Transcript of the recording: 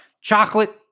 chocolate